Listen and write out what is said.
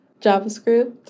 JavaScript